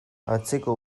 atzeko